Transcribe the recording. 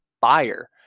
fire